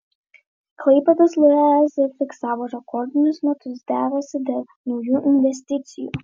klaipėdos lez fiksavo rekordinius metus derasi dėl naujų investicijų